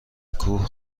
کوه